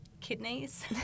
kidneys